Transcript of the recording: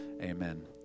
amen